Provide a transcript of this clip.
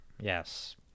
yes